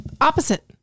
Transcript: opposite